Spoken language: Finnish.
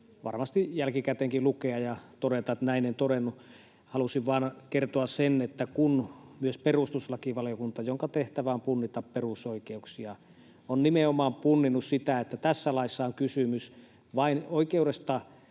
varmasti jälkikäteenkin lukea ja todeta, että näin en todennut. Halusin vain kertoa sen, että kun myös perustuslakivaliokunta, jonka tehtävä on punnita perusoikeuksia, on nimenomaan punninnut sitä, että tässä laissa on kysymys vain oikeudesta